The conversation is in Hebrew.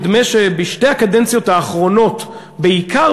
נדמה שבשתי הקדנציות האחרונות בעיקר,